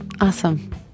Awesome